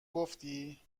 گفتی